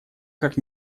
как